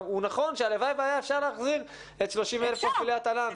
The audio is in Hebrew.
וזה נכון שהלוואי שהיה אפשר להחזיר את 30,000 מפעילי התל"ן -- אפשר,